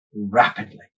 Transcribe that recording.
rapidly